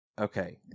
Okay